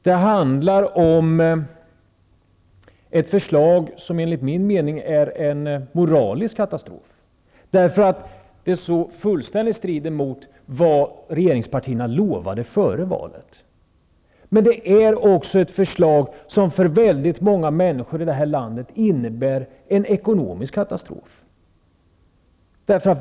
Den handlar om ett förslag som enligt min mening är en moralisk katastrof, därför att förslaget så fullständigt strider mot vad regeringspartierna lovade före valet. Men det är också ett förslag som för väldigt många människor här i landet innebär en ekonomisk katastrof.